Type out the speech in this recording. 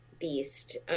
beast